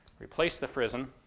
replace the frizzen,